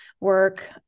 work